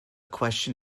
question